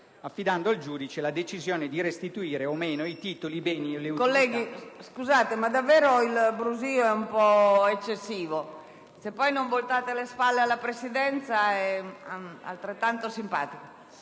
l'affidamento al giudice della decisione di restituire o meno i titoli, i beni e le utilità